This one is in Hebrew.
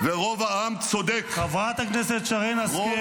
ורוב העם צודק ----- חברת הכנסת שרן השכל,